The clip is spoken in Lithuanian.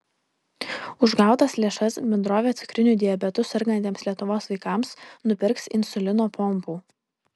už gautas lėšas bendrovė cukriniu diabetu sergantiems lietuvos vaikams nupirks insulino pompų